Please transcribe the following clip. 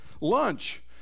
lunch